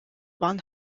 one